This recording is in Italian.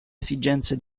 esigenze